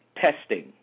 testing